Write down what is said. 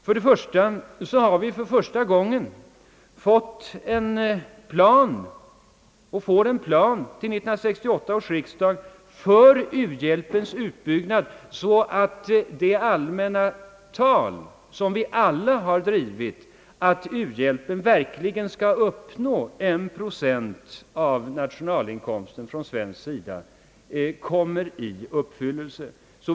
För det första har vi för första gången fått en plan — eller får det till 1968 års riksdag — för u-hjälpens utbyggnad, så att det allmänna talet att uhjälpen verkligen skall uppnå 1 procent av nationalinkomsten från svensk sida blir en verklighet.